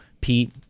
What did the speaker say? Pete